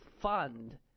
fund